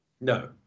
No